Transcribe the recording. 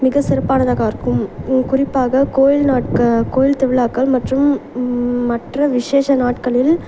மிக சிறப்பானதாக இருக்கும் குறிப்பாக கோயில் நாட்க கோயில் திருவிழாக்கள் மற்றும் மற்ற விசேஷ நாட்களில்